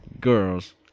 girls